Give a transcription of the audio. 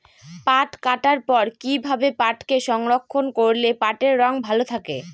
পাট কাটার পর কি ভাবে পাটকে সংরক্ষন করলে পাটের রং ভালো থাকে?